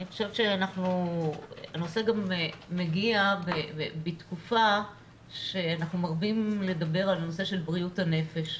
הנושא גם מגיע בתקופה שאנחנו מרבים לדבר על נושא של בריאות הנפש,